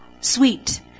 Sweet